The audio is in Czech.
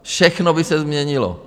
Všechno by se změnilo.